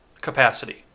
capacity